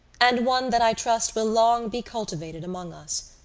and one that i trust will long be cultivated among us.